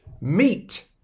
meat